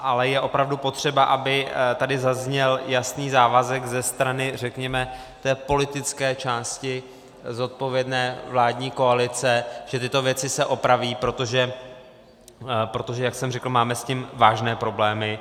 Ale je opravdu potřeba, aby tady zazněl jasný závazek ze strany, řekněme, té politické části zodpovědné vládní koalice, že tyto věci se opraví, protože jak jsem řekl, máme s tím vážné problémy.